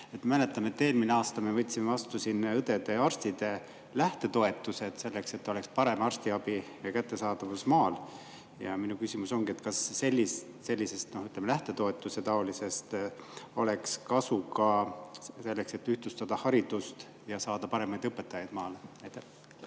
mäletan, et eelmisel aastal me [kehtestasime] õdede ja arstide lähtetoetused selleks, et oleks parem arstiabi kättesaadavus maal. Minu küsimus ongi, kas sellisest, ütleme, lähtetoetusetaolisest abist oleks kasu ka selleks, et ühtlustada haridust ja saada paremaid õpetajaid maale.